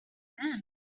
man